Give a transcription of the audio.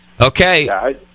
Okay